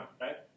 right